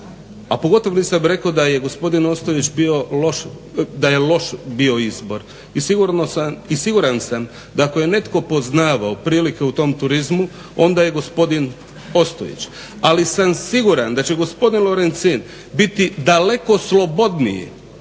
a pogotovo nisam rekao da je gospodin Ostojić bio loš, da je loš bio izbor i siguran sam da ako je netko poznavao prilike u tom turizmu onda je gospodin Ostojić. Ali sam siguran da će gospodin Lorencin biti daleko slobodniji